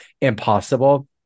impossible